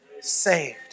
saved